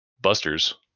busters